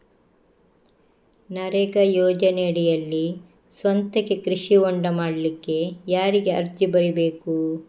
ನರೇಗಾ ಯೋಜನೆಯಡಿಯಲ್ಲಿ ಸ್ವಂತಕ್ಕೆ ಕೃಷಿ ಹೊಂಡ ಮಾಡ್ಲಿಕ್ಕೆ ಯಾರಿಗೆ ಅರ್ಜಿ ಬರಿಬೇಕು?